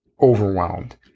overwhelmed